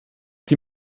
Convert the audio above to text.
die